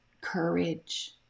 courage